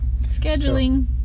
scheduling